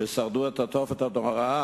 ששרדו את התופת הנורא,